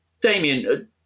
Damien